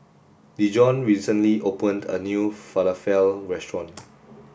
Dejon recently opened a new Falafel restaurant